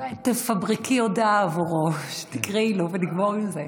אולי תפברקי הודעה עבורו, תקראי לו, ונגמור עם זה.